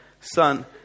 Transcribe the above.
son